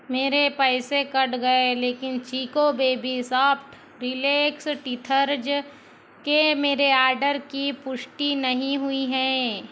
मेरे पैसे कट गए लेकिन Chicco baby soft relax teethers के मेरे ऑर्डर की पुष्टि नहीं हुई है